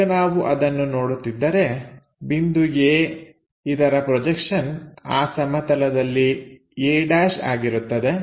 ಈಗ ನಾವು ಅದನ್ನು ನೋಡುತ್ತಿದ್ದರೆ ಬಿಂದು A ಇದರ ಪ್ರೊಜೆಕ್ಷನ್ ಆ ಸಮತಲದಲ್ಲಿ a' ಆಗಿರುತ್ತದೆ